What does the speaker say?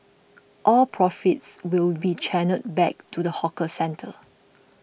all profits will be channelled back to the hawker centre